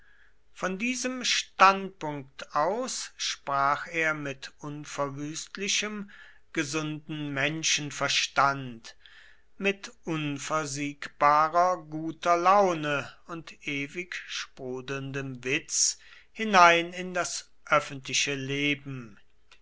von diesem standpunkt aus sprach er mit unverwüstlichem gesunden menschenverstand mit unversiegbarer guter laune und ewig sprudelndem witz hinein in das öffentliche leben